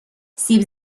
سیب